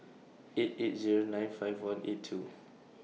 eight eight Zero nine five one eight two